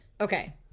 Okay